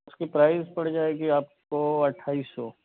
اُس کی پرائس پڑ جائے گی آپ کو اٹھائیس سو